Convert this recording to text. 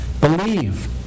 believe